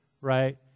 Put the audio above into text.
right